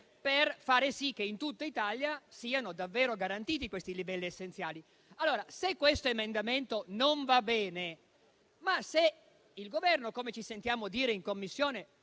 per far sì che in tutta Italia siano davvero garantiti questi livelli essenziali. Se questo emendamento non va bene e se il Governo, come ci sentiamo dire in Commissione,